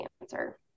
answer